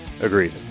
agreed